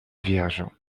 vierge